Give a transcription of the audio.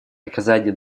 оказания